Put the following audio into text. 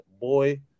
boy